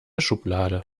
schublade